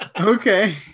Okay